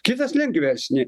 kitas lengvesnį